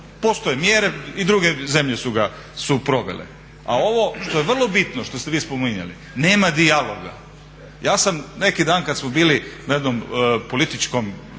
Postoje mjere i druge zemlje su ga provele. A ovo što je vrlo bitno što ste vi spominjali nema dijaloga. Ja sam neki dan kad smo bili na jednom političkom